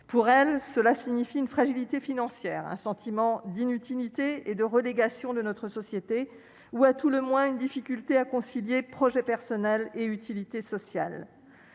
Pour elles, cela signifie une fragilité financière, un sentiment d'inutilité et de relégation sociales ou, à tout le moins, une difficulté à concilier projet personnel et utilité sociale.